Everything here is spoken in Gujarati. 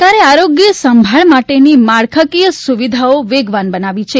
સરકારે આરોગ્ય સંભાળ માટેની માળખાકીય સુવિધાઓ વેગવાન બનાવી છે